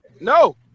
no